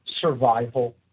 survival